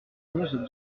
onze